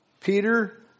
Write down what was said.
Peter